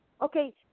okay